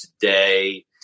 today